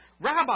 Rabbi